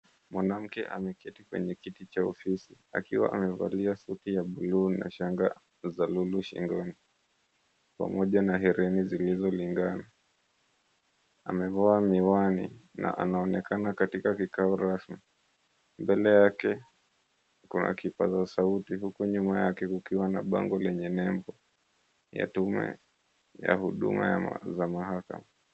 Mwanamke ameketi kwenye kiti cha ofisi akiwa amevalia suti ya buluu na shanga za lulu shingoni pamoja na hereni zilizolingana. Amevaa miwani na anaonekana katika kikao rasmi. Mbele yake kuna kipaza sauti huku nyuma yake kukiwa na bango lenye nembo ya tume ya huduma za mahakama.